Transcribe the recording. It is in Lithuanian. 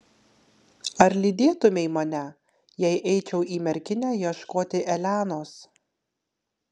ar lydėtumei mane jei eičiau į merkinę ieškoti elenos